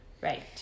Right